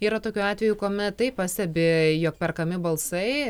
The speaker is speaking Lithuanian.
yra tokių atvejų kuomet taip pastebi jog perkami balsai